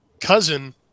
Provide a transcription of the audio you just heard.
cousin